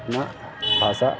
अपनी भाषा